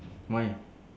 why